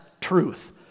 truth